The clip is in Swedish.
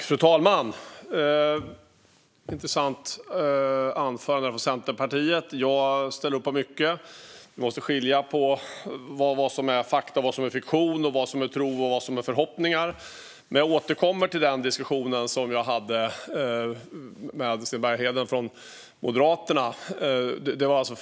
Fru talman! Det var ett intressant anförande från Centerpartiet. Jag instämmer i mycket. Vi måste skilja på vad som är fakta respektive fiktion, tro respektive förhoppningar. Jag återkommer dock till den diskussion jag hade med Moderaternas Sten Bergheden.